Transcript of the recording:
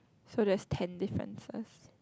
so there's ten differences